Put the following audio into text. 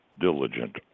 diligent